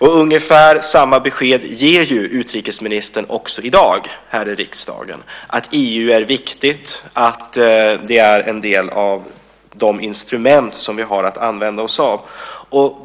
Ungefär samma besked ger ju utrikesministern också i dag här i riksdagen, nämligen att EU är viktigt och att det är en del av de instrument som vi har att använda oss av.